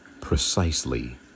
precisely